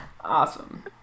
Awesome